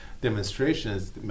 demonstrations